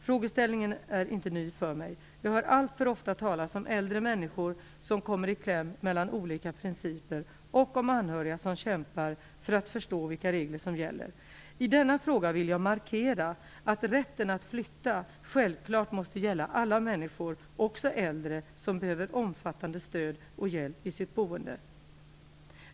Frågeställningen är inte ny för mig - jag hör alltför ofta talas om äldre människor som kommer i kläm mellan olika principer och om anhöriga som kämpar för att förstå vilka regler som gäller. I denna fråga vill jag markera att rätten att flytta självklart måste gälla alla människor, också äldre som behöver omfattande stöd och hjälp i sitt boende.